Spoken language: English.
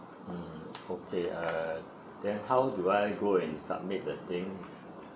mm okay uh then how do I go and submit the thing